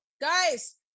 guys